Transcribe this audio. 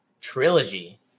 Trilogy